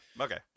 Okay